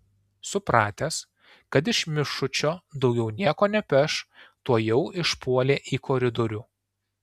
supratęs kad iš mišučio daugiau nieko nepeš tuojau išpuolė į koridorių